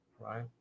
right